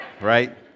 right